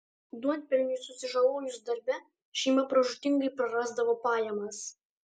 duonpelniui susižalojus darbe šeima pražūtingai prarasdavo pajamas